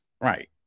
Right